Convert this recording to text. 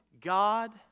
God